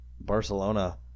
Barcelona